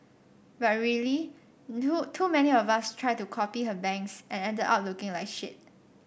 but really too too many of us tried to copy her bangs and ended up looking like shit